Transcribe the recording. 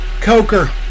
Coker